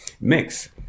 mix